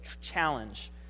challenge